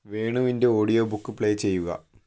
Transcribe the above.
വേണുവിൻ്റെ audio book play ചെയ്യുക